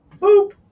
Boop